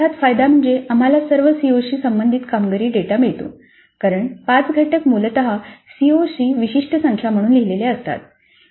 अर्थात फायदा म्हणजे आम्हाला सर्व सीओशी संबंधित कामगिरी डेटा मिळतो कारण 5 घटक मूलत सीओची विशिष्ट संख्या म्हणून लिहिलेले असतात